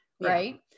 right